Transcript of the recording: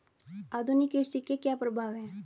आधुनिक कृषि के क्या प्रभाव हैं?